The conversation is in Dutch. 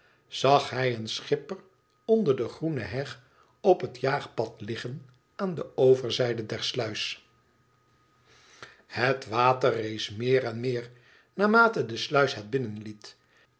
zag hij een schipper onder de groene heg op het jaagpad liggen aan de overzijde der sluis het water rees meer en meer naarmate de sluis het